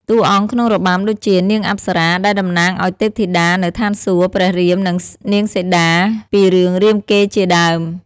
តួអង្គក្នុងរបាំ ដូចជា នាងអប្សរា ដែលតំណាងឱ្យទេពធីតានៅឋានសួគ៌ ព្រះរាម និង នាងសីតា ពីរឿងរាមកេរ្តិ៍ជាដើម។